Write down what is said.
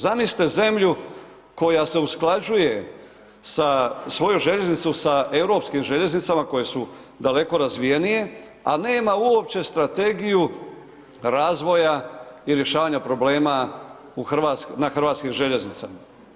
Zamislite zemlju koja se usklađuje sa, svoju željeznicu sa europskim željeznicama koje su daleko razvijenije, a nema uopće strategiju razvoja i rješavanja problema u, na Hrvatskim željeznicama.